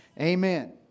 Amen